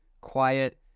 quiet